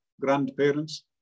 grandparents